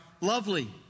lovely